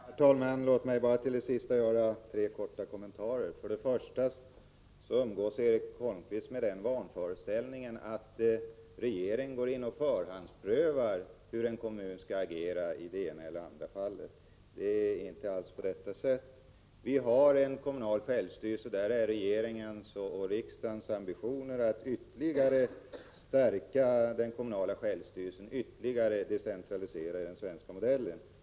Herr talman! Låt mig bara till det sist sagda göra tre korta kommentarer. För det första hyser Erik Holmkvist vanföreställningen att regeringen går in och förhandsprövar hur en kommun skall agera i det ena eller andra fallet. Det är inte alls på detta sätt. Vi har en kommunal självstyrelse i vårt land, och det är regeringens och riksdagens ambition att ytterligare stärka den kommunala självstyrelsen, att ytterligare decentralisera den svenska modellen.